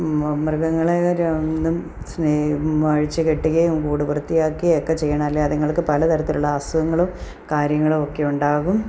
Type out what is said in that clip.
മൃഗങ്ങളെ എന്നും സ്നേഹം അഴിച്ചു കെട്ടുകയും കൂട് വൃത്തിയാക്കുകയുമയൊക്കെ ചെയ്യണം അല്ലേ അതിങ്ങൾക്ക് പല തരത്തിലുള്ള അസുഖങ്ങളും കാര്യങ്ങളും ഒക്കെ ഉണ്ടാകും